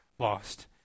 Lost